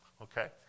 Okay